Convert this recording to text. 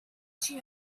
she